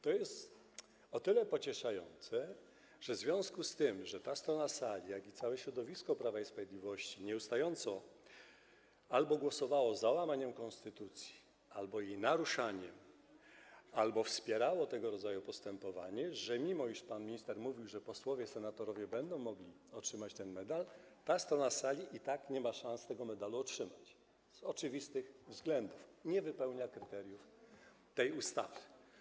To jest o tyle pocieszające, że w związku z tym, że zarówno ta strona sali, jak i całe środowisko Prawa i Sprawiedliwości nieustająco albo głosowali za łamaniem konstytucji, albo jej naruszaniem, albo wspierali tego rodzaju postępowanie, że mimo iż pan minister mówił, że posłowie, senatorowie będą mogli otrzymać ten medal, to ta strona sali i tak nie ma szans tego medalu otrzymać z oczywistych względów - nie spełnia kryteriów tej ustawy.